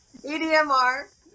EDMR